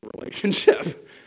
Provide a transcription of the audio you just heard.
relationship